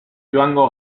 joango